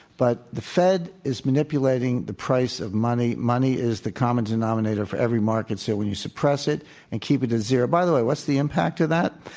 but the fed is manipulating the price of money. money is the common denominator for every market. so when you suppress it and keep it at zero by the way, what's the impact of that?